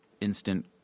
instant